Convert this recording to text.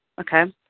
Okay